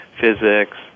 physics